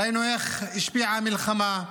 ראינו איך השפיעה המלחמה,